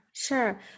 sure